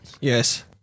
Yes